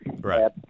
Right